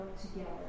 together